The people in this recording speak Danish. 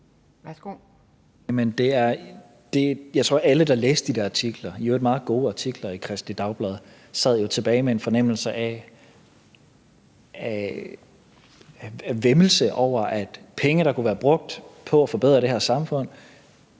Jeg tror, at alle, der læste de i øvrigt meget gode artikler i Kristeligt Dagblad, sad tilbage med en fornemmelse af væmmelse over, at penge, der kunne være brugt på at forbedre det her samfund,